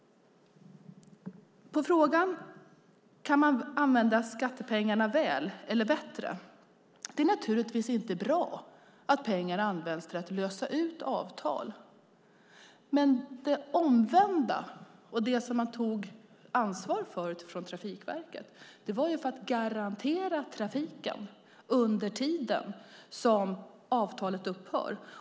På frågan om man kan använda skattepengarna bättre vill jag svara att det naturligtvis inte är bra att pengar används till att lösa avtal. Men det som Trafikverket tog ansvar för var att garantera trafiken under tiden som avtalet upphör.